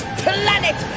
planet